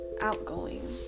outgoing